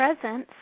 presence